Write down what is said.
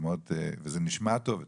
וזה נשמע טוב,